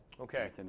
Okay